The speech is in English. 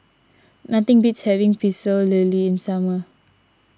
nothing beats having Pecel Lele in summer